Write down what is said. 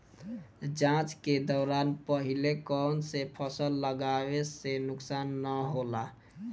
जाँच के दौरान पहिले कौन से फसल लगावे से नुकसान न होला?